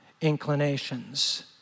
inclinations